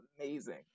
amazing